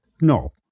No